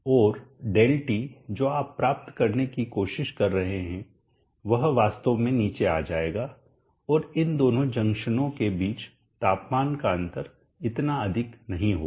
और Δt जो आप प्राप्त करने की कोशिश कर रहे हैं वह वास्तव में नीचे आ जाएगा और इन दोनों जंक्शनों के बीच तापमान का अंतर इतना अधिक नहीं होगा